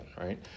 right